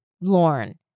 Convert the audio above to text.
Lauren